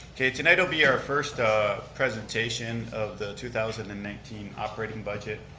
okay, tonight'll be our first presentation of the two thousand and nineteen operating budget.